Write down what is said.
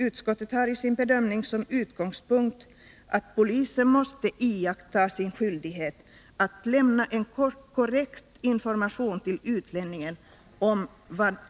Utskottet har i sin bedömning som utgångspunkt att polisen måste iaktta sin skyldighet att lämna en korrekt information till utlänningen om